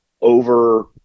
over